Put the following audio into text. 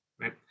right